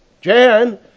Jan